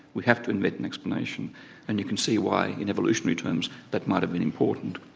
we have to admit an explanation and you can see why, in evolutionary terms, that might have been important.